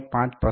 5 થી 24